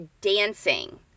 dancing